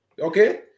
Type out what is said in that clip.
okay